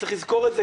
צריך לזכור את זה,